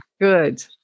Good